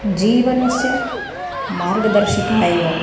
जीवनस्य मार्गदर्शिका एव